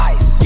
Ice